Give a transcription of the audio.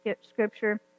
scripture